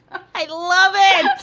i love and